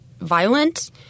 violent